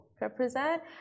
represent